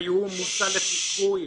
-- שיהיו מושא לחיקוי.